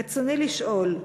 רצוני לשאול: